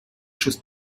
choses